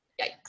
Yikes